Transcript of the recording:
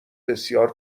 بسیار